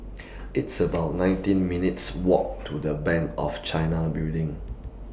It's about nineteen minutes' Walk to The Bank of China Building